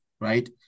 right